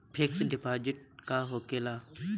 Fix deposit से का होखे ला?